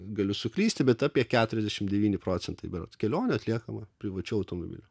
galiu suklysti bet apie keturiasdešimt devyni procentai berods kelionių atliekama privačiu automobiliu